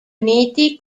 uniti